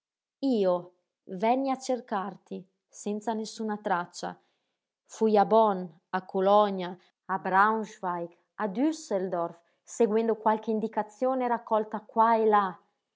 io venni a cercarti senza nessuna traccia fui a bonn a colonia a braunschweig a dsseldorf seguendo qualche indicazione raccolta qua e là